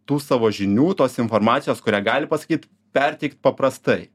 tų savo žinių tos informacijos kurią gali pasakyt perteikt paprastai